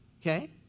Okay